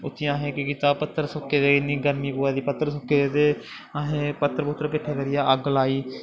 उत्थें असें केह् कीता पत्तर सुक्के दे इन्नी गर्मी पवै दी पत्तर सुक्के दे ते असें पत्तर पूत्तर किट्ठे करियै अग्ग लाई